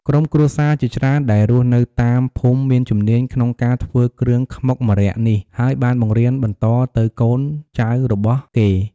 ក្រុមគ្រួសារជាច្រើនដែលរស់នៅតាមភូមិមានជំនាញក្នុងការធ្វើគ្រឿងខ្មុកម្រ័ក្សណ៍នេះ ហើយបានបង្រៀនបន្តទៅកូនចៅរបស់គេ។